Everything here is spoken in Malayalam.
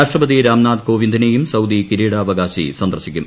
രാഷ്ട്രപതി രാംനാഥ് കോവിന്ദിനേയും സൌദി കിരീടാവകാശി സന്ദർശിക്കും